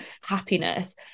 happiness